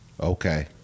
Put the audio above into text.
Okay